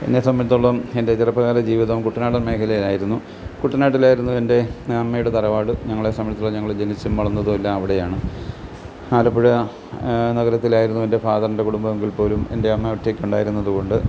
എന്നെ സംബന്ധിച്ചിടത്തോളം എൻ്റെ ചെറുപ്പകാലജീവിതം കുട്ടനാടൻ മേഖലയിലായിരുന്നു കുട്ടനാട്ടിലായിരുന്നു എൻ്റെ അമ്മയുടെ തറവാട് ഞങ്ങളെ സംബന്ധിച്ചിടത്തോളം ഞങ്ങൾ ജനിച്ചതും വളർന്നതും എല്ലാം അവിടെയാണ് ആലപ്പുഴ നഗരത്തിലായിരുന്നു എൻ്റെ ഫാദറിൻ്റെ കുടുംബം എങ്കിൽപ്പോലും എൻ്റെ അമ്മ ഒറ്റയ്ക്കുണ്ടായിരുന്നതുകൊണ്ട്